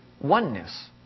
oneness